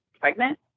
pregnant